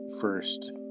first